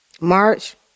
March